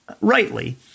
Rightly